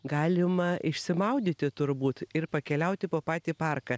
galima išsimaudyti turbūt ir pakeliauti po patį parką